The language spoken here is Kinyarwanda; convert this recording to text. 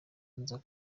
nza